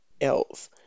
else